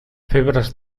febres